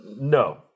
No